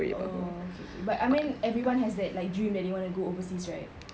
okay okay okay I mean everyone has that like dream that they want to go overseas right